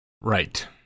Right